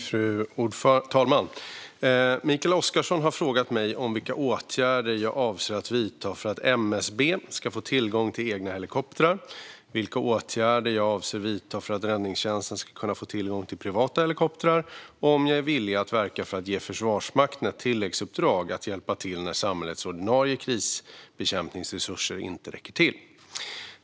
Fru talman! Mikael Oscarsson har frågat mig om vilka åtgärder jag avser att vidta för att MSB ska få tillgång till egna helikoptrar, vilka åtgärder jag avser att vidta för att räddningstjänsten ska kunna få tillgång till privata helikoptrar och om jag är villig att verka för att ge Försvarsmakten ett tilläggsuppdrag att hjälpa till när samhällets ordinarie krisbekämpningsresurser inte räcker till.